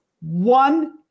one